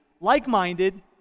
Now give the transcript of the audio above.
like-minded